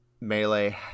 Melee